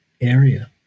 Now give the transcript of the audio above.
area